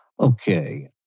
Okay